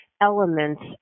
elements